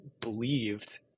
believed